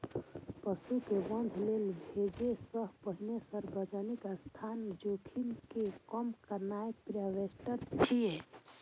पशु कें वध लेल भेजै सं पहिने सार्वजनिक स्वास्थ्य जोखिम कें कम करनाय प्रीहार्वेस्ट छियै